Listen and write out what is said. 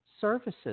services